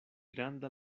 granda